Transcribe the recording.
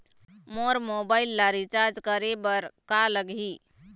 मोर mobile ला recharge करे बर का लगही?